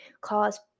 cause